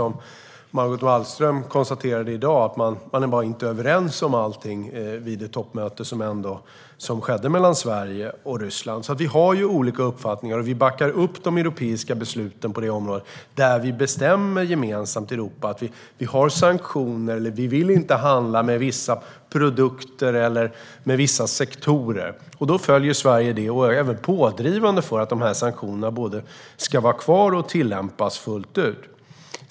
Margot Wallström konstaterade också i dag, vid det toppmöte mellan Sverige och Ryssland som ägde rum, att man inte är överens om allting. Vi har alltså olika uppfattningar. Sverige backar upp de europeiska besluten på det området. Vi bestämmer gemensamt i Europa att vi har sanktioner eller inte vill handla med vissa produkter eller vissa sektorer, och då följer Sverige det. Vi är även pådrivande för att sanktionerna både ska vara kvar och tillämpas fullt ut.